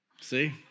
See